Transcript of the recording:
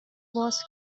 باز